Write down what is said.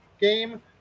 game